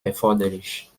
erforderlich